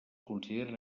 consideren